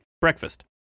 breakfast